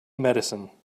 medicine